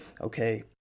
okay